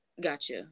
gotcha